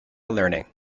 learning